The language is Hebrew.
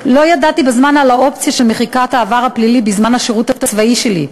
לא ידעתי בזמן על האופציה של מחיקת העבר הפלילי בזמן השירות הצבאי שלי,